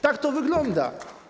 Tak to wygląda.